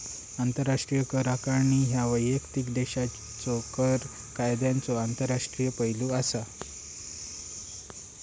आंतरराष्ट्रीय कर आकारणी ह्या वैयक्तिक देशाच्यो कर कायद्यांचो आंतरराष्ट्रीय पैलू असा